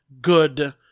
good